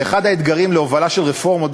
ואחד האתגרים להובלה של רפורמות,